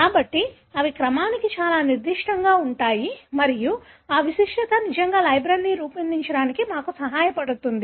కాబట్టి అవి క్రమానికి చాలా నిర్దిష్టంగా ఉంటాయి మరియు ఆ విశిష్టత నిజంగా లైబ్రరీలను రూపొందించడానికి మాకు సహాయపడుతుంది